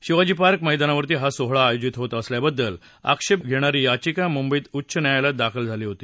Shivaji park मैदानावर हा सोहळा आयोजित होत असल्याबद्दल आक्षेप घेणारी याचिका मुंबई उच्च न्यायालयात दाखल झाली होती